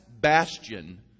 bastion